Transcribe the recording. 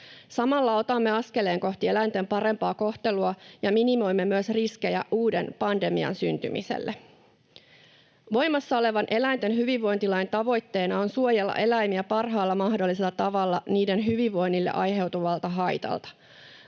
Samalla otamme askeleen kohti eläinten parempaa kohtelua ja minimoimme myös riskejä uuden pandemian syntymiselle. Voimassa olevan eläinten hyvinvointilain tavoitteena on suojella eläimiä parhaalla mahdollisella tavalla niiden hyvinvoinnille aiheutuvalta haitalta.